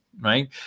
right